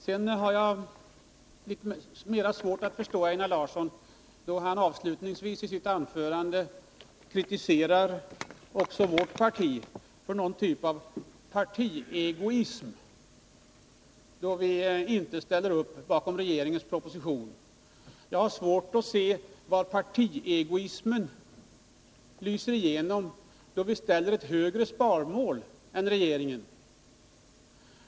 Jag hade mera svårt att förstå Einar Larsson, då han i sitt anförande avslutningsvis kritiserade också vårt parti för någon typ av partiegoism med anledning av att vi inte ställde upp på regeringens proposition. Jag har svårt att se var partiegoismen lyser igenom, då vi sätter upp ett högre sparmål än regeringen.